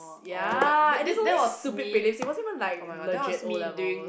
ya and it's only stupid prelims it wasn't even like legit O-levels